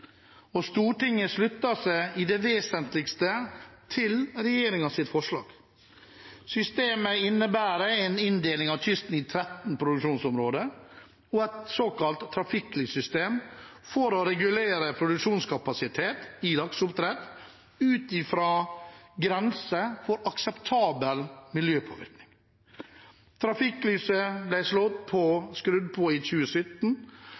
det vesentligste til regjeringens forslag. Systemet innebærer en inndeling av kysten i 13 produksjonsområder og et såkalt trafikklyssystem for å regulere produksjonskapasitet i lakseoppdrett ut fra grense for akseptabel miljøpåvirkning. Trafikklyset ble skrudd på i 2017